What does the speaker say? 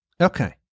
Okay